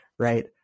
right